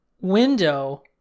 window